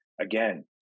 again